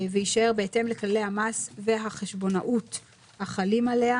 ויישאר "בהתאם לכללי המס והחשבונאות החלים עליה".